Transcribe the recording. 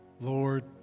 Lord